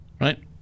right